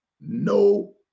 no